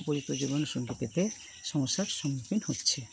উপযুক্ত জীবনসঙ্গী পেতে সমস্যার সম্মুখীন হচ্ছে